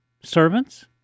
servants